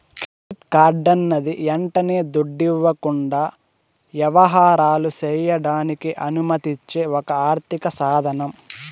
credit కార్డన్నది యంటనే దుడ్డివ్వకుండా యవహారాలు సెయ్యడానికి అనుమతిచ్చే ఒక ఆర్థిక సాదనం